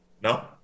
no